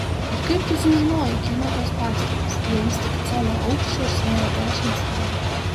ir kaip tu sužinojai kieno tas pastatas jei jis tik colio aukščio ir sveria dešimt svarų